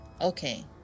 okay